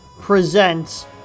presents